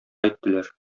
әйттеләр